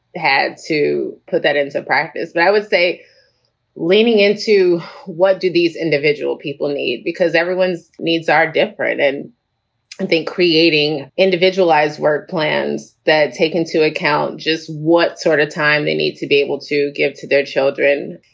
had to put that into practice. but i would say leaning into what do these individual people need? because everyone's needs are different. and i and think creating individualized work plans that take into account just what sort of time they need to be able to give to their children.